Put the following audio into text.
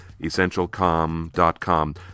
essentialcom.com